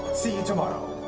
see you tomorrow! oh,